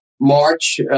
March